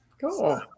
cool